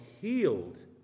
healed